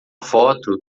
foto